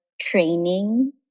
training